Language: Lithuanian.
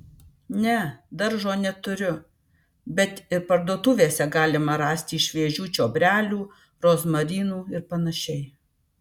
ne daržo neturiu bet ir parduotuvėse galima rasti šviežių čiobrelių rozmarinų ir panašiai